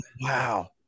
Wow